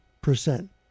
percent